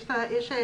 יש כאן